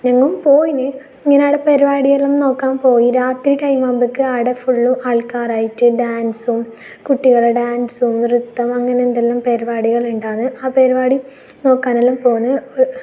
ഞങ്ങും പോയിന് ഇങ്ങനെ അവിടെ പരിപാടിയെല്ലാം നോക്കാൻ പോയി രാത്രി ടൈം ആകുമ്പോഴേക്ക് ആടെ ഫുള്ളും ആൾക്കാരായിട്ട് ഡാൻസും കുട്ടികളുടെ ഡാൻസും നൃത്തം അങ്ങനെ എന്തെല്ലാം പരിപാടികൾ ഇണ്ടാന്ന് ആ പരിപാടി നോക്കാനെല്ലാം പോണ്